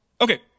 okay